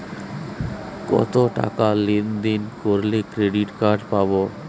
কতটাকা লেনদেন করলে ক্রেডিট কার্ড পাব?